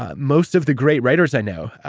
ah most of the great writers i know,